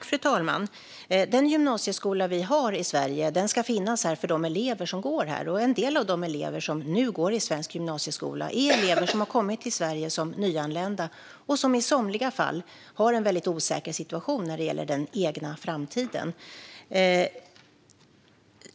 Fru talman! Den gymnasieskola vi har i Sverige ska finnas för de elever som är här. En del av de elever som nu går i svensk gymnasieskola är elever som har kommit till Sverige som ensamkommande och som i somliga fall har en väldigt osäker situation när det gäller den egna framtiden.